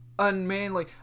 unmanly